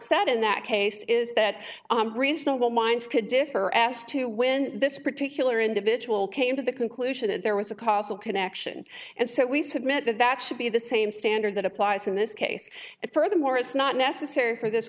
said in that case is that reasonable minds could differ as to when this particular individual came to the conclusion that there was a cause of connection and so we submit that that should be the same standard that applies in this case and furthermore it's not necessary for this